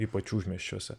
ypač užmiesčiuose